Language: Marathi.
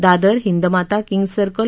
Dadar Hindmata King's circle